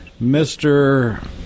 mr